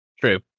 True